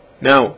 Now